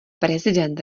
prezident